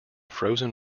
frozen